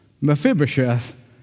Mephibosheth